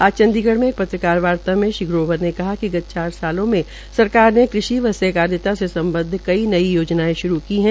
आज चंडीगढ़ में एक पत्रकार वार्ता में श्री ग्रोवर ने कहा कि गत चार सालों में सरकार ने कृषि व सहकारिता से सम्बद्ध कई नई योजनायें श्रू की है